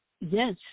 Yes